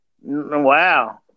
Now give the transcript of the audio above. Wow